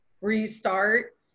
restart